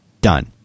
Done